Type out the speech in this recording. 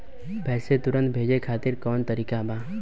पैसे तुरंत भेजे खातिर कौन तरीका बा?